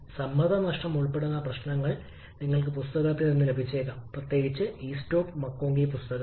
അതിനാൽ ഇത് എല്ലായ്പ്പോഴും നിങ്ങൾക്ക് കുറഞ്ഞ ജോലി നൽകുന്നു ഇന്റർകൂളിംഗ് ഉള്ളപ്പോൾ ഇൻപുട്ട് ആവശ്യകത